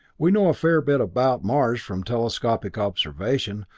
we know a fair bit about mars from telescopic observation,